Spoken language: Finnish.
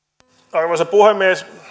arvoisa puhemies